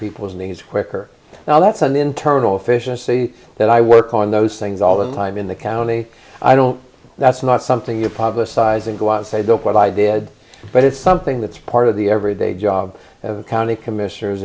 people's needs quicker now that's an internal efficiency that i work on those things all the time in the county i don't that's not something you publicize and go outside of what i did but it's something that's part of the everyday job of the county commissioners i